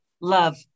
love